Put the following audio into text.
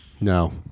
no